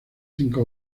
cinco